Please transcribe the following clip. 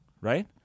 right